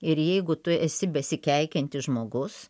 ir jeigu tu esi besikeikiantis žmogus